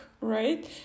right